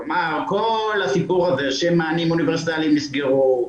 כלומר כל הסיפור הזה של מענים אוניברסליים נסגרו,